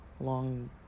long